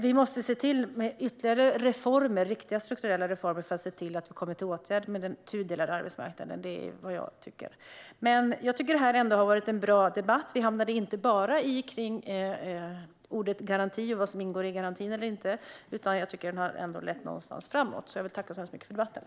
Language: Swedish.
Vi behöver riktiga strukturella reformer för att komma till rätta med den tudelade arbetsmarknaden. Jag tycker ändå att det här har varit en bra debatt. Vi hamnade inte bara i diskussioner om ordet garanti och vad som ingår i garantin eller inte. Jag tycker att debatten har fört oss framåt och vill tacka så mycket för debatten.